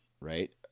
right